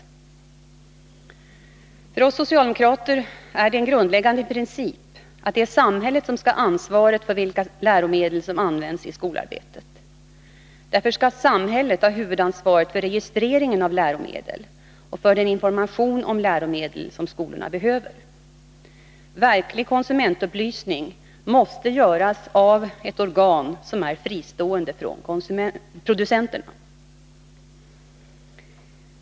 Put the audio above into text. För oss socialdemokrater är det en grundläggande princip att det är samhället som skall ha ansvaret för vilka läromedel som används i skolarbetet. Därför skall samhället ha huvudansvaret för registreringen av läromedel och för den information om läromedel som skolorna behöver. Verklig konsumentupplysning måste göras av ett organ som är fristående från producenterna.